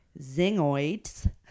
Zingoids